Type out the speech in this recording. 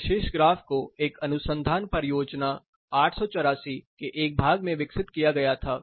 इस विशेष ग्राफ को एक अनुसंधान परियोजना 884 के एक भाग में विकसित किया गया था